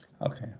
Okay